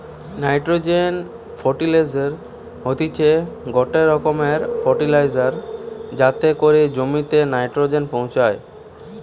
nitrogen ফার্টিলিসের হতিছে গটে রকমের ফার্টিলাইজার যাতে করি জমিতে নাইট্রোজেন পৌঁছায়